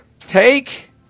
Take